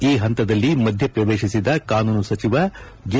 ಈ ಪಂತದಲ್ಲಿ ಮಧ್ಯಪ್ರವೇಶಿಸಿದ ಕಾನೂನು ಸಚಿವ ಜೆ